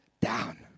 down